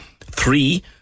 Three